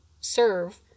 serve